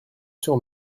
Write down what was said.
sur